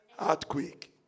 earthquake